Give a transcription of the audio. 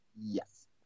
Yes